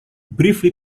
briefly